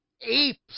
apes